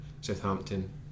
Southampton